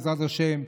בעזרת השם,